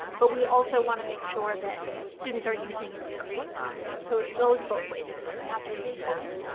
but we also want to make sure that students are using it to create content so it goes both ways for them and that's really important.